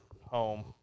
home